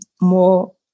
more